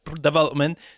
development